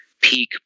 peak